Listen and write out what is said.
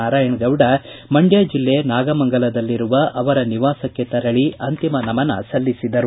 ನಾರಾಯಣಗೌಡ ಮಂಡ್ಕ ಜಿಲ್ಲೆ ನಾಗಮಂಗಲದಲ್ಲಿರುವ ಅವರ ನಿವಾಸಕ್ಕೆ ತೆರಳಿ ಅಂತಿಮನಮನ ಸಲ್ಲಿಸಿದರು